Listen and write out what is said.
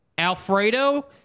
Alfredo